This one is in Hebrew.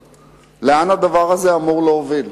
לאן הדבר הזה אמור להוביל?